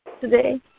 today